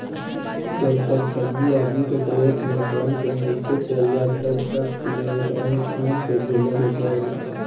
जब तक सब्जी आदमी के प्लेट में बन के नइखे चल जात तब तक ले एकरा नुकसान के झेले के पड़ेला